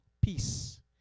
peace